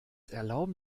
erlauben